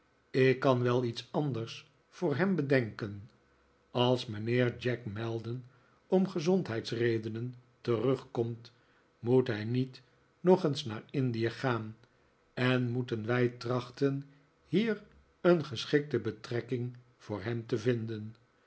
ik kan wel iets anders voor hem bedenken als mijnheer jack maldon om gezondheidsredenen terugkomt moet hij niet nog eens naar indie gaan en moeten wij trachten hier een geschikte betrekking voor hem te vinden